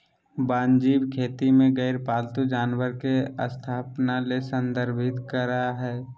वन्यजीव खेती में गैर पालतू जानवर के स्थापना ले संदर्भित करअ हई